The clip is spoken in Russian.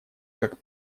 как